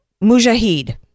Mujahid